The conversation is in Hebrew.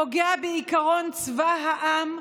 פוגע בעקרון צבא העם,